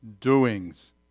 doings